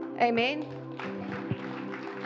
Amen